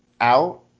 out